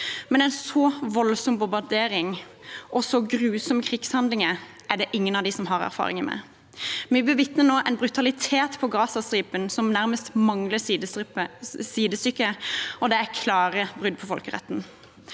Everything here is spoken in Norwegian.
men en så voldsom bombardering og så grusomme krigshandlinger er det ingen av dem som har erfaring med. Vi bevitner nå en brutalitet på Gazastripen som nærmest mangler sidestykke, og det er klare brudd på folkeretten.